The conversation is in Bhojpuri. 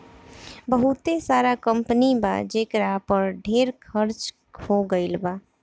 बहुते सारा कंपनी बा जेकरा पर ढेर कर्ज हो गइल बा